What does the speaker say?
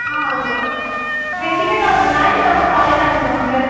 ஆமாங்க சார் எனக்கு திங்கட்கிழம ஞாயித்துக்கிழம காலையில் அனுப்பனுங்க சார்